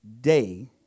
day